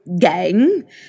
gang